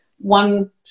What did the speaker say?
One